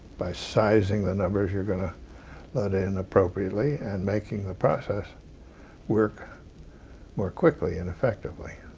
by sizing the numbers you're going to let in, appropriately and making the process work more quickly and effectively?